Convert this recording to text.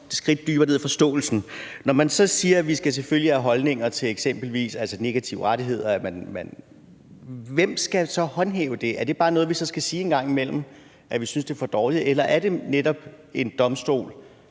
skridt dybere ned i forståelsen. Når man så siger, at vi selvfølgelig skal have holdninger til eksempelvis negative rettigheder, hvem skal så håndhæve det? Er det så bare noget, vi skal sige en gang imellem – at vi synes, det er for dårligt? Eller er det netop en domstol,